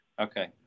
Okay